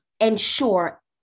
ensure